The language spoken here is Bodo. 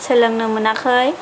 सोलोंनो मोनाखै